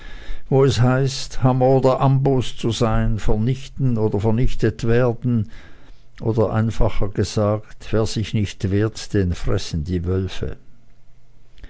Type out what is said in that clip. wo es heißt hammer oder amboß sein vernichten oder vernichtet werden oder einfacher gesagt wer sich nicht wehrt den fressen die wölfe